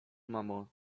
mamo